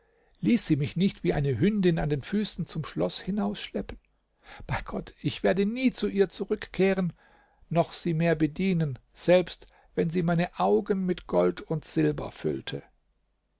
ließ sie mich nicht wie eine hündin an den füßen zum schloß hinausschleppen bei gott ich werde nie zu ihr zurückkehren noch sie mehr bedienen selbst wenn sie meine augen mit gold und silber füllte